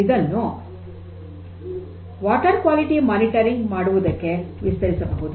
ಇದನ್ನು ನೀರಿನ ಗುಣಮಟ್ಟದ ಮೇಲ್ವಿಚಾರಣೆ ಮಾಡುವುದಕ್ಕೆ ವಿಸ್ತರಿಸಬಹುದು